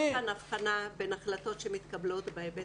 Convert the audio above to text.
אני חושבת שצריך לעשות כאן אבחנה בין החלטות שמתקבלות בהיבט